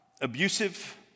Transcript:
Abusive